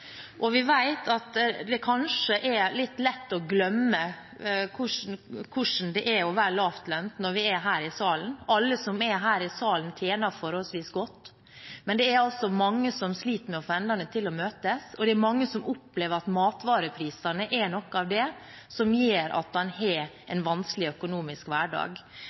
å være lavtlønnet når vi er her i salen – alle som er her i salen, tjener forholdsvis godt – men mange sliter med å få endene til å møtes, og mange opplever at matvareprisene er noe av det som gjør at de har en vanskelig økonomisk hverdag.